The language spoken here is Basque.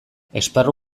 esparru